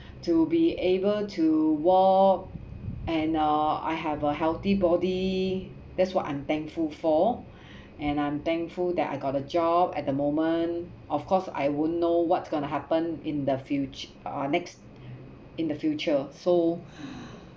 to be able to walk and uh I have a healthy body that's what I'm thankful for and I'm thankful that I got a job at the moment of course I won't know what's gonna happen in the future uh next in the future so